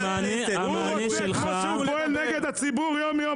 הוא רוצה כמו שהוא פועל נגד הציבור יום יום,